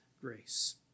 grace